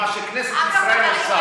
זה מה שכנסת ישראל עושה.